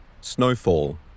Snowfall